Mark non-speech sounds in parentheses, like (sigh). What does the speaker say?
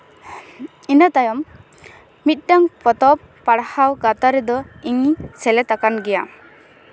ᱤᱱᱟᱹ ᱛᱟᱭᱚᱢ ᱢᱤᱫᱴᱟᱝ ᱯᱚᱛᱚᱵ ᱯᱟᱲᱦᱟᱣ (unintelligible) ᱨᱮᱫᱚ ᱤᱧᱤᱧ ᱥᱮᱞᱮᱫ ᱟᱠᱟᱱ ᱜᱮᱭᱟ